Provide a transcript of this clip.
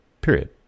Period